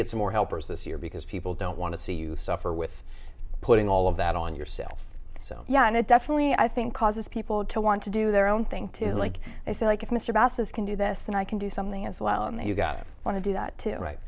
get some more helpers this year because people don't want to see you suffer with putting all of that on yourself so yeah and it definitely i think causes people to want to do their own thing to like i say like if mr massa's can do this then i can do something as well and you've got to want to do that right